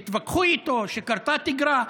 שהתווכחו איתו, שקרתה תגרה.